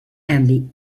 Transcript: and